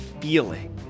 feeling